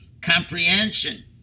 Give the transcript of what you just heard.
comprehension